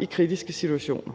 i kritiske situationer.